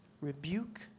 rebuke